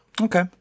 Okay